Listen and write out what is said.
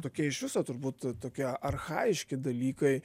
tikie iš viso turbūt tokie archajiški dalykiai